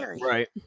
right